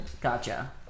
gotcha